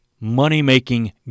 money-making